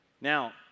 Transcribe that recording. Now